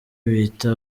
bita